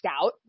scout